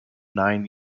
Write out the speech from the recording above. nine